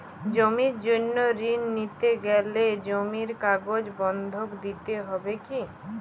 জমির জন্য ঋন নিতে গেলে জমির কাগজ বন্ধক দিতে হবে কি?